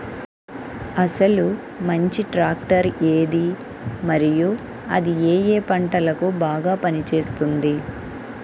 అసలు మంచి ట్రాక్టర్ ఏది మరియు అది ఏ ఏ పంటలకు బాగా పని చేస్తుంది?